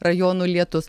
rajonų lietus